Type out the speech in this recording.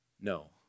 no